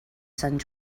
sant